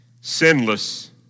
sinless